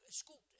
school